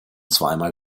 zweimal